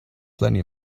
plenty